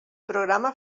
programa